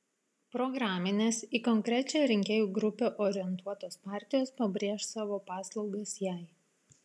programinės į konkrečią rinkėjų grupę orientuotos partijos pabrėš savo paslaugas jai